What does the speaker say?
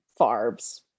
Farbs